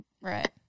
Right